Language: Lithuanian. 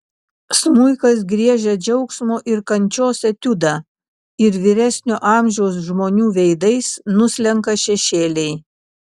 smuikas griežia džiaugsmo ir kančios etiudą ir vyresnio amžiaus žmonių veidais nuslenka šešėliai